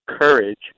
courage